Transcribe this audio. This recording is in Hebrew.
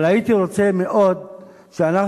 אבל הייתי רוצה מאוד שאנחנו,